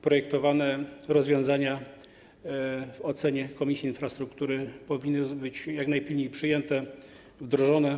Projektowane rozwiązania w ocenie Komisji Infrastruktury powinny być jak najpilniej przyjęte, wdrożone.